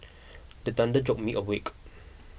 the thunder jolt me awake